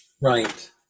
right